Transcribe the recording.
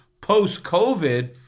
post-COVID